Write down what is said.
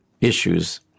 issues